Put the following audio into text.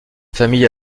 famille